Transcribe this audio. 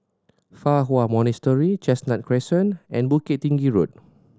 Fa Hua Monastery Chestnut Crescent and Bukit Tinggi Road